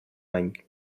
any